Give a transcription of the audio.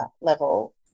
level